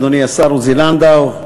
אדוני השר עוזי לנדאו,